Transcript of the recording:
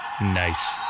Nice